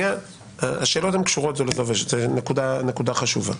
השאלות קשורות זו לזו וזו נקודה חשובה.